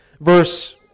verse